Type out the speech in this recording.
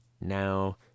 Now